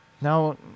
Now